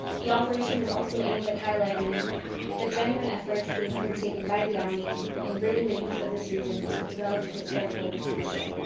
the operation was also aimed at highlighting the genuine efforts being undertaken by the army in bringing the youth of this region to develop to their full potential.